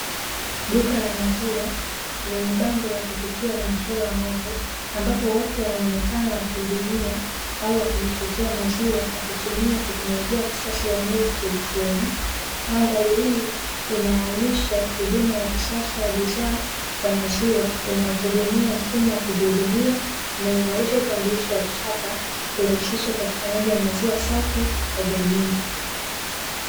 Duka la maziwa, lenye bango la kuvutia na mchoro wa ng'ombe, ambapo watu wanaonekana wakihudumiwa au wakijichotea maziwa kwa kutumia teknolojia ya kisasa ya MILK ATM, mandhari hii inaainisha huduma ya kisasa ya bidhaa za maziwa inayotegemea mfumo wa kujihudumia, inayoimarisha utambulisho wa chapa, kurahisisha upatikanaji wa maziwa safi kwa jamii.